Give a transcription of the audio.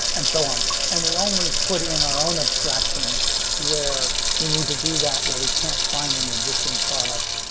and so on and we only put in our own abstractions where we need to do that where we can't find an existing product,